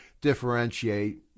differentiate